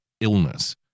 illness